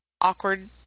awkward